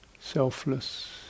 selfless